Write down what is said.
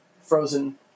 frozen